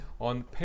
on